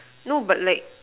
no but like